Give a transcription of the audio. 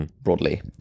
broadly